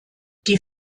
die